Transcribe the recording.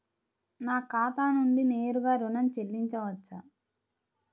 నా ఖాతా నుండి నేరుగా ఋణం చెల్లించవచ్చా?